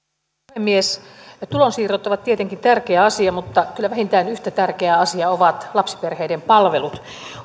puhemies tulonsiirrot ovat tietenkin tärkeä asia mutta kyllä vähintään yhtä tärkeä asia ovat lapsiperheiden palvelut